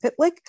Pitlick